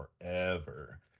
forever